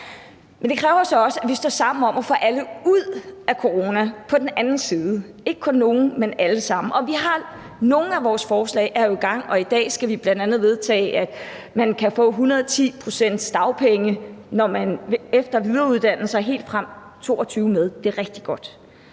Men det kræver jo så også, at vi står sammen om at få alle ud af corona og ud på den anden side – ikke kun nogle, men alle sammen. Og nogle af vores forslag er vi jo i gang med, og i dag skal vi bl.a. vedtage, at man kan få 110 pct.s dagpenge efter videreuddannelse helt frem til og med 2022. Det er rigtig godt.